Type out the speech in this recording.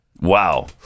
Wow